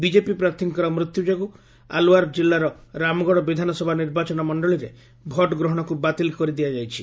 BJP ପ୍ରାର୍ଥୀଙ୍କର ମୃତ୍ୟୁ ଯୋଗୁଁ ଆଲୱାର ଜିଲ୍ଲାର ରାମଗଡ଼ ବିଧାନସଭା ନିର୍ବାଚନ ମଣ୍ଡଳୀରେ ଭୋଟ ଗ୍ରହଣକୁ ବାତିଲ କରିଦିଆଯାଇଛି